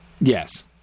yes